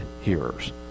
hearers